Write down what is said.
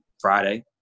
Friday